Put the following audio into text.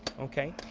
okay.